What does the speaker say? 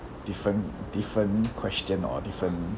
different different question or different